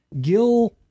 Gil